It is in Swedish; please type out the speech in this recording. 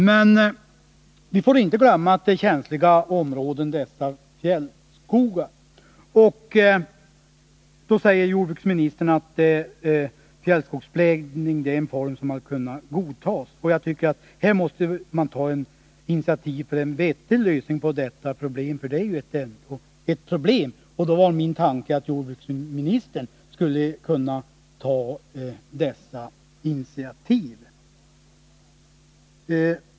Men vi får inte glömma att dessa fjällskogar är känsliga områden. Jordbruksministern säger att fjällskogsblädning är en form som skall kunna godtas. Jag tycker att man här måste ta initiativ för att få en vettig lösning på detta problem, för det är ju ett problem. Då var min tanke att jordbruksministern skulle kunna ta dessa initiativ.